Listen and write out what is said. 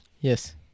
Yes